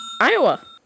Iowa